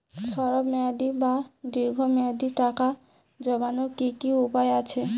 স্বল্প মেয়াদি বা দীর্ঘ মেয়াদি টাকা জমানোর কি কি উপায় আছে?